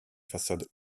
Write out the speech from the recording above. façade